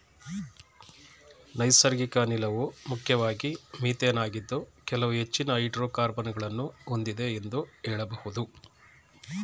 ನೈಸರ್ಗಿಕ ಅನಿಲವು ಮುಖ್ಯವಾಗಿ ಮಿಥೇನ್ ಆಗಿದ್ದು ಕೆಲವು ಹೆಚ್ಚಿನ ಹೈಡ್ರೋಕಾರ್ಬನ್ ಗಳನ್ನು ಹೊಂದಿದೆ ಎಂದು ಹೇಳಬಹುದು